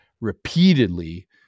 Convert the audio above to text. repeatedly